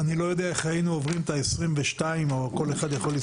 ואני לא יודע איך היינו עוברים את ה-22 או כל אחד יכול לספר.